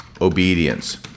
obedience